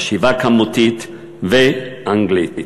חשיבה כמותית ואנגלית.